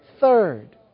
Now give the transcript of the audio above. Third